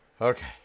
Okay